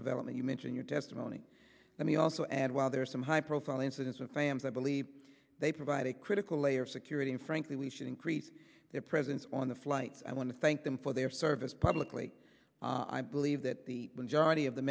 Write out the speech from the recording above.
development you mention your testimony let me also add while there are some high profile incidents of fans i believe they provide a critical layer of security and frankly we should increase their presence on the flights i want to thank them for their service publicly i believe that the majority of the